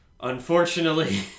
Unfortunately